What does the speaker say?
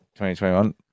2021